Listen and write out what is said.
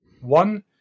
one